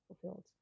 fulfilled